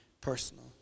personal